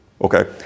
okay